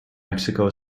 mexico